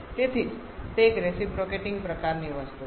તેથી જ તે એક રેસીપ્રોકેટીંગ પ્રકારની વસ્તુ છે